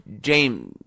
James